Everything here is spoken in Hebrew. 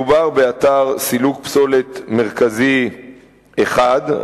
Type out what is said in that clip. מדובר באתר סילוק פסולת מרכזי אחד,